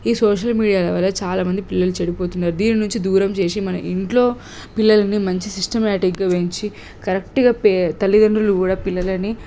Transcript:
ఈ social media ద్వారా చాలా మంది పిల్లలు చెడిపోతున్నారు దీని నుంచి దూరం చేసి మనం ఇంట్లో పిల్లలని మంచి సిస్టమ్యాటిక్గా పెంచి కరెక్ట్గా పే తల్లితండ్రులు కూడా పిల్లలని